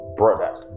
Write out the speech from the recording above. brothers